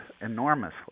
enormously